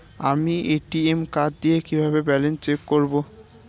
আমি ATM card দিয়ে কিভাবে ব্যালেন্স চেক করব?